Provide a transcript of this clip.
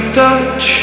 touch